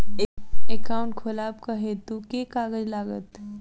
Account खोलाबक हेतु केँ कागज लागत?